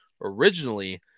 originally